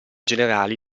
generali